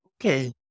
Okay